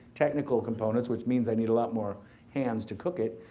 technical components, which means i need a lot more hands to cook it.